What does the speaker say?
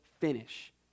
finish